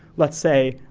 let's say,